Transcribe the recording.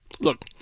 Look